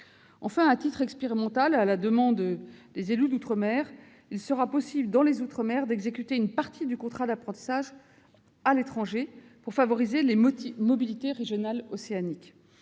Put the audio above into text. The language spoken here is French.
Enfin, à titre expérimental, à la demande des élus ultramarins, il sera possible dans les outre-mer d'exécuter une partie du contrat d'apprentissage à l'étranger, pour favoriser les mobilités « régionales océaniques